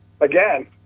again—